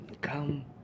Come